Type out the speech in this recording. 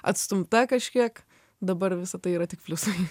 atstumta kažkiek dabar visa tai yra tik pliusai